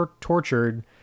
tortured